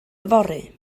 yfory